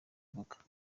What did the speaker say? avuga